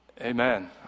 Amen